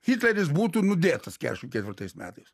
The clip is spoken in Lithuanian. hitleris būtų nudėtas keturiasdešim ketvirtais metais